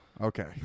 okay